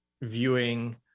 viewing